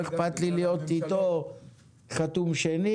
לא אכפת להיות איתו חתום שני.